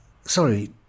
sorry